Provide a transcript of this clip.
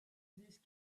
these